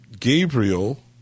Gabriel